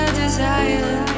desire